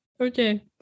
Okay